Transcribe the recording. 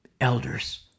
Elders